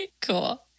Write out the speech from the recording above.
cool